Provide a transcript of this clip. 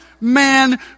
man